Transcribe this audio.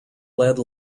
lead